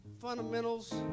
fundamentals